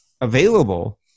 available